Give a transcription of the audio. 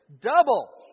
Double